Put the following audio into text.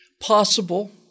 possible